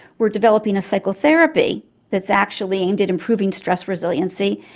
we are developing a psychotherapy that is actually aimed at improving stress resiliency,